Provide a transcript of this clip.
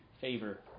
favor